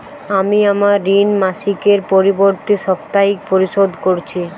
আমি আমার ঋণ মাসিকের পরিবর্তে সাপ্তাহিক পরিশোধ করছি